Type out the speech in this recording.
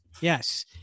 Yes